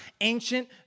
ancient